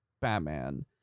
Batman